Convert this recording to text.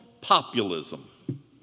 populism